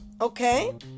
Okay